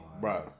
bro